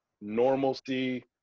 normalcy